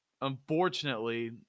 unfortunately